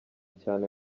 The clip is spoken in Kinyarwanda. cyane